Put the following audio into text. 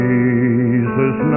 Jesus